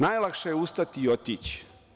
Najlakše je ustati i otići.